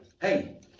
Hey